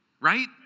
Right